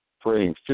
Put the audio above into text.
praying